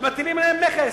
ומטילים עליהם מכס,